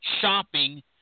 shopping